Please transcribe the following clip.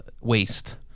waste